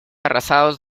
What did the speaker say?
arrasados